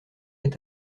est